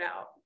out